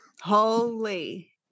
Holy